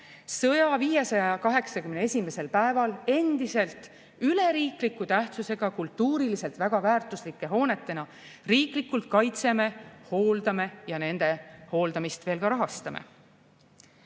sõja 581. päeval endiselt üleriikliku tähtsusega kultuuriliselt väga väärtuslike hoonetena riiklikult kaitseme, hooldame ja nende hooldamist veel ka rahastame.